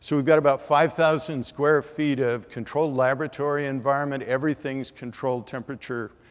so we've got about five thousand square feet of controlled laboratory environment. everything is controlled temperature,